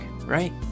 right